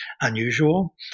unusual